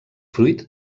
fruit